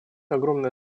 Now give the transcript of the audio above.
огромное